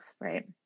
right